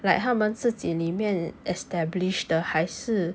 like 他们自己里面 establish 的还是